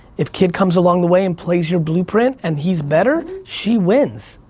if kid comes along the way and plays your blueprint and he's better, she wins.